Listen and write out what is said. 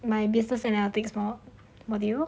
my business analytics mo~ module